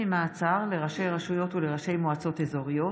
שלילת תקצוב בשל הפליה וקביעת אזורי רישום),